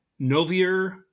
Novier